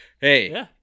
Hey